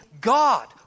God